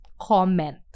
comment